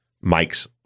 Mike's